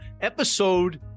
episode